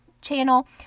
channel